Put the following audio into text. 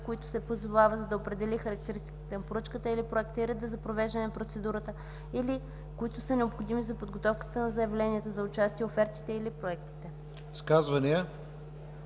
които се позовава, за да определи характеристиките на поръчката или проекта и реда за провеждане на процедурата, или които са необходими за подготовката на заявленията за участие, офертите или проектите.”